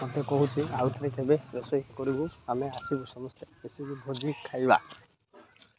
ମୋତେ କହୁଛି ଆଉ ଥରେ କେବେ ରୋଷେଇ କରିବୁ ଆମେ ଆସିବୁ ସମସ୍ତେ ମିଶିକି ଭୋଜି ଖାଇବା